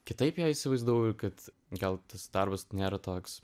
kitaip ją įsivaizdavau kad gal tas darbas nėra toks